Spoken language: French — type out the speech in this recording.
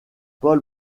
paul